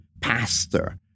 pastor